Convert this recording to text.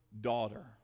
daughter